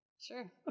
Sure